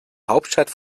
hauptstadt